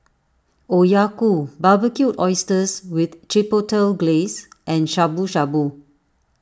Okayu Barbecued Oysters with Chipotle Glaze and Shabu Shabu